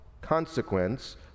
consequence